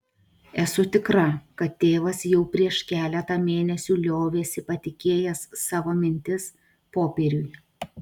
esu tikra kad tėvas jau prieš keletą mėnesių liovėsi patikėjęs savo mintis popieriui